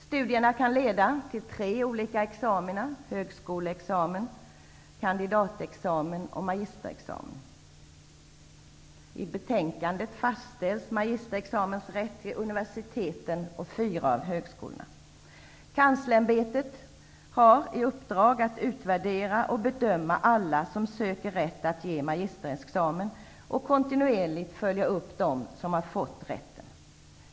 Studierna kan leda till tre olika examina: Kanslersämbetet har i uppdrag dels att utvärdera och bedöma alla som söker rätt att ge magisterexamen, dels att kontinuerligt följa upp dem som har fått den rätten.